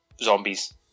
zombies